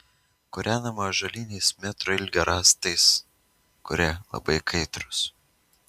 kūrenama ąžuoliniais metro ilgio rąstais kurie labai kaitrūs